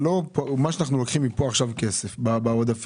מה שאנחנו לוקחים מפה עכשיו כסף בעודפים,